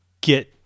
get